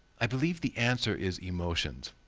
i believe the answer is emotions.